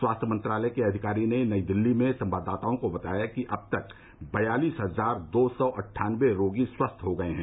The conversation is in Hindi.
स्वास्थ्य मंत्रालय के अधिकारी ने नई दिल्ली में संवाददाताओं को बताया कि अब तक बयालीस हजार दो सौ अट्ठानबे रोगी स्वस्थ हो गये हैं